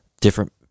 different